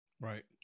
Right